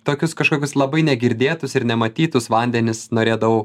tokius kažkokius labai negirdėtus ir nematytus vandenis norėdavau